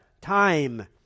Time